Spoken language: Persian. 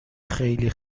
خیلی